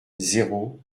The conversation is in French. zéro